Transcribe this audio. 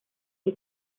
que